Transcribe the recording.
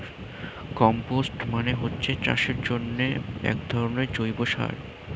compost মানে হচ্ছে চাষের জন্যে একধরনের জৈব সার